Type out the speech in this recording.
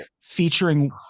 featuring